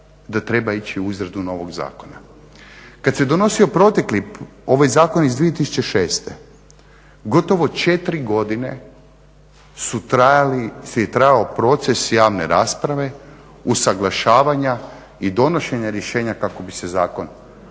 da treba ići u izradu novog zakona. Kad se donosio protekli, ovaj zakon iz 2006., gotovo 4 godine je trajao proces javne rasprave, usuglašavanja i donošenja rješenja kako bi se zakon mogao